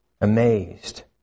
amazed